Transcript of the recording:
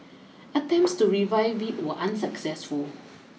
attempts to revive it were unsuccessful